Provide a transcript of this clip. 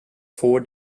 four